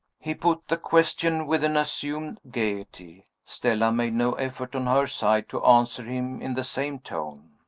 he put the question with an assumed gayety. stella made no effort, on her side, to answer him in the same tone.